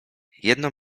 jedną